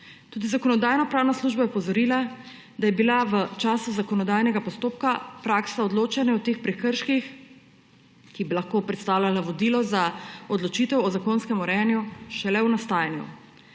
Tudi Zakonodajno-pravna služba je opozorila, da je bila v času zakonodajnega postopka praksa odločanja o teh prekrških, ki bi lahko predstavljala vodilo za odločitev o zakonskem urejanju, šele v nastajanju.